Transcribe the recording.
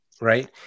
Right